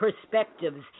perspectives